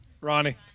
Ronnie